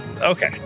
Okay